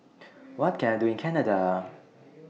What Can I Do in Canada